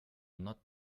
not